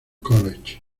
college